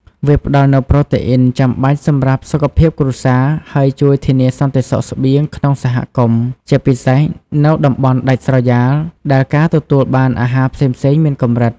វាផ្តល់នូវប្រូតេអ៊ីនចាំបាច់សម្រាប់សុខភាពគ្រួសារ ហើយជួយធានាសន្តិសុខស្បៀងក្នុងសហគមន៍ ជាពិសេសនៅតំបន់ដាច់ស្រយាលដែលការទទួលបានអាហារផ្សេងៗមានកម្រិត។